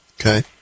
Okay